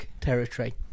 Territory